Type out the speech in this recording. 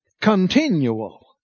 continual